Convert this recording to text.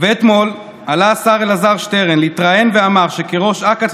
ואתמול עלה השר אלעזר שטרן להתראיין ואמר שכראש אכ"א,